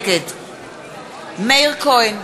נגד מאיר כהן,